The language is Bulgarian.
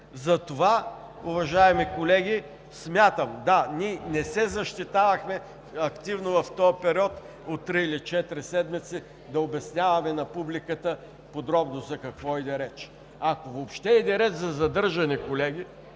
Затова, уважаеми колеги, смятам: да, ние не се защитавахме активно в този период от три или четири седмици да обясняваме на публиката подробно за какво иде реч, ако въобще иде реч за задържане, колеги.